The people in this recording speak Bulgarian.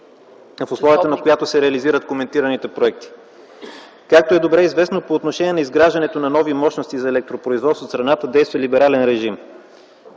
в условията на която се реализират коментираните проекти. Както е добре известно, по отношение на изграждането на нови мощности за електропроизводство в страната действа либерален режим.